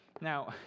Now